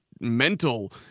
mental